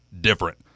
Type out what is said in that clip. different